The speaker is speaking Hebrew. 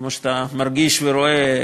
כמו שאתה מרגיש ורואה,